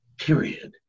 period